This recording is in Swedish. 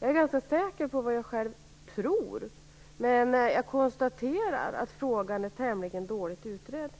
Jag är ganska säker på vad jag själv tror. Jag konstaterar att frågan är tämligen dåligt utredd.